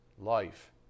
life